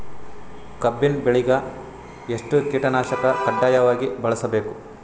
ಕಬ್ಬಿನ್ ಬೆಳಿಗ ಎಷ್ಟ ಕೀಟನಾಶಕ ಕಡ್ಡಾಯವಾಗಿ ಬಳಸಬೇಕು?